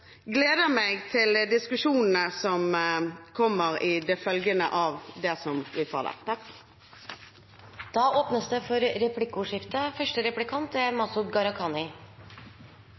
gleder meg til diskusjonene som kommer i det følgende, om det som blir utfallet. Det blir replikkordskifte. Det er